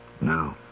No